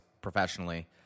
professionally